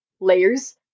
layers